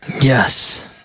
Yes